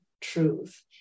truth